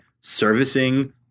servicing